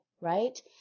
right